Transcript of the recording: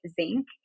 zinc